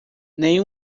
nem